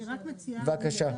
אני רק מציעה אדוני,